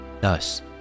Thus